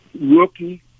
rookie